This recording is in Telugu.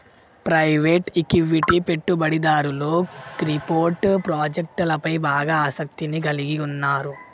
ప్రైవేట్ ఈక్విటీ పెట్టుబడిదారులు క్రిప్టో ప్రాజెక్టులపై బాగా ఆసక్తిని కలిగి ఉన్నరు